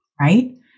right